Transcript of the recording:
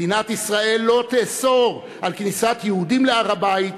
מדינת ישראל לא תאסור כניסת יהודים להר-הבית,